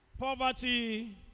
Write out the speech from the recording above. Poverty